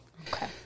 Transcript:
okay